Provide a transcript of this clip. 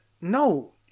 no